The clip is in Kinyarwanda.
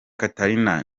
catherine